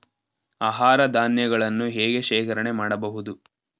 ಆಹಾರ ಧಾನ್ಯಗಳನ್ನು ಹೇಗೆ ಶೇಖರಣೆ ಮಾಡಬಹುದು?